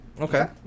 Okay